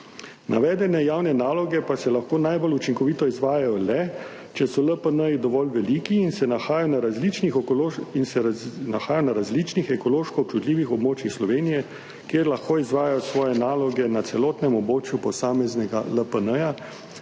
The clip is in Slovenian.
Navedene javne naloge pa se lahko najbolj učinkovito izvajajo le, če so LPN dovolj veliki in se nahaja na različnih ekološko občutljivih območjih Slovenije, kjer lahko izvajajo svoje naloge na celotnem območju posameznega LPN,